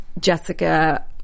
Jessica